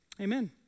amen